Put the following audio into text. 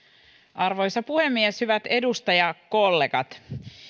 arvoisa puhemies hyvät edustajakollegat